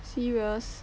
serious